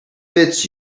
fits